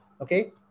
Okay